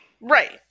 Right